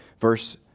Verse